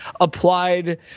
applied